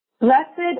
Blessed